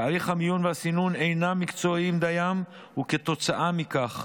תהליכי המיון והסינון אינם מקצועיים דיים וכתוצאה מכך,